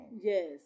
Yes